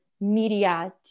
media